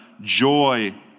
joy